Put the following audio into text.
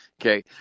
Okay